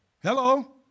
Hello